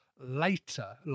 later